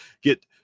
get